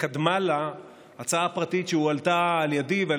קדמה לה הצעה פרטית שהועלתה על ידי ועל